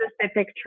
specific